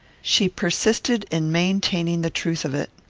she persisted in maintaining the truth of it